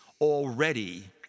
already